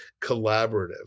collaborative